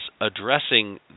addressing